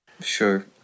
Sure